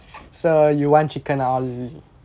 sir you want chicken all